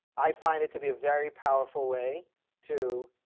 i find it to be a very powerful way to